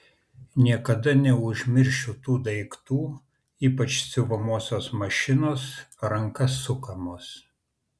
niekada neužmiršiu tų daiktų ypač siuvamosios mašinos ranka sukamos